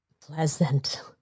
Pleasant